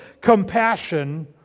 compassion